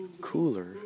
cooler